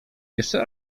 jeszcze